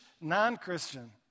non-Christian